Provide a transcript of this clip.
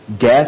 death